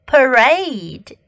Parade